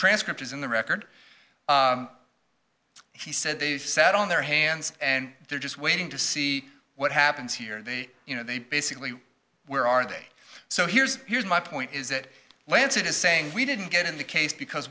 transcript is in the record he said they sat on their hands and they're just waiting to see what happens here and they you know they basically where are they so here's here's my point is that lancet is saying we didn't get in the case because